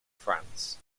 france